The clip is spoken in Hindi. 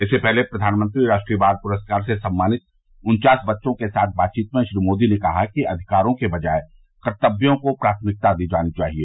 इससे पहले प्रधानमंत्री राष्ट्रीय बाल पुरस्कार से सम्मानित उन्चास बच्चों के साथ बातचीत में श्री मोदी ने कहा कि अधिकारों के बजाय कर्तव्यों को प्राथमिकता दी जानी चाहिए